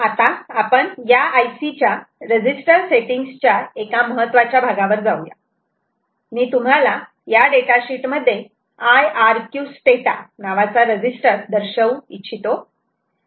आता आपण या IC च्या रजिस्टर सेटींग्ज च्या एका महत्वाच्या भागावर जाऊ या मी तुम्हाला या डेटाशीट मध्ये आयआरक्यू स्टेटा नावाचा रजिस्टर दर्शवू इच्छितो